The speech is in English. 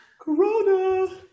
Corona